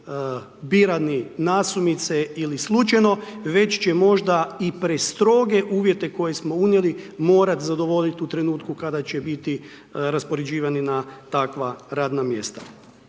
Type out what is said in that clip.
birani nasumice ili slučajno, već će možda i prestroge uvjete koje smo unijeli morati zadovoljiti u trenutku kada će biti raspoređivani na takva radna mjesta.